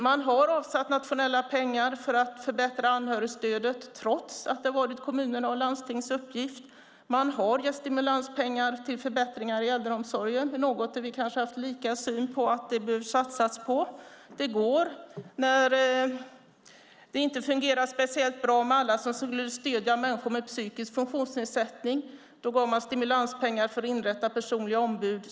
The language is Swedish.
Man har avsatt nationella pengar för att förbättra anhörigstödet, trots att det har varit kommunernas och landstingens uppgift. Man har gett stimulanspengar till förbättringar inom äldreomsorgen - det är en fråga där vi kanske har haft lika syn på att man behöver satsa, så det går. När det inte fungerade speciellt bra med alla som skulle stödja människor med psykisk funktionsnedsättning gav man stimulanspengar för att inrätta personliga ombud.